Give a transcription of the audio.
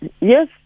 Yes